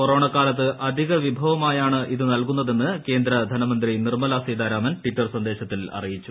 കൊറോണക്കാലത്ത് അധികവിഭവമായാണ് ഇത് നൽകുന്നതെന്ന് കേന്ദ്ര ധനമന്ത്രി നിർമ്മല സീതാരാമൻ ട്വിറ്റർ സന്ദേശത്തിൽ അറിയിച്ചു